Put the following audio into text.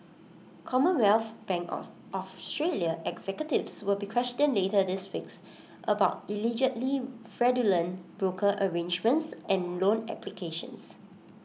commonwealth bank of Australia executives will be questioned later this weeks about allegedly fraudulent broker arrangements and loan applications